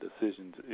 decisions